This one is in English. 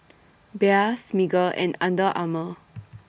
Bia Smiggle and Under Armour